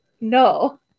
no